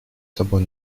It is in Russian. собой